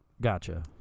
Gotcha